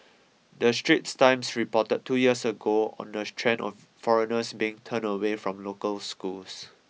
The Straits Times reported two years ago on the trend of foreigners bring turned away from local schools